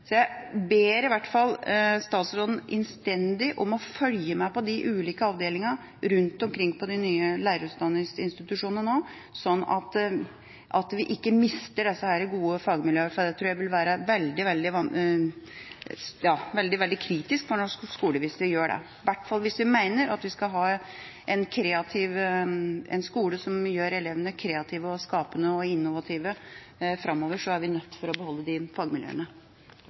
Jeg ber iallfall statsråden innstendig om å følge med på de ulike avdelingene rundt omkring på de nye lærerutdanningsinstitusjonene nå, sånn at vi ikke mister disse gode fagmiljøene, for det tror jeg vil være veldig, veldig kritisk for norsk skole hvis de gjør det. I hvert fall hvis vi mener at vi skal ha en skole som gjør elevene kreative, skapende og innovative framover, er vi nødt til å beholde de fagmiljøene.